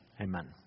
Amen